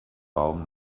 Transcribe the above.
baum